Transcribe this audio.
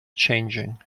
changing